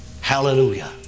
Hallelujah